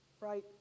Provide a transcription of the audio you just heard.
right